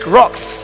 rocks